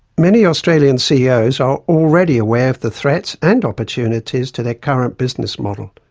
many australian ceos are already aware of the threats and opportunities to their current business model.